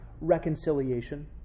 Reconciliation